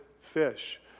fish